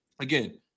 again